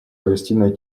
палестиной